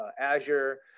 Azure